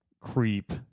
creep